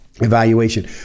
evaluation